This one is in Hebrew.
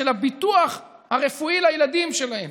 של הביטוח הרפואי לילדים שלהם,